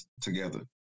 together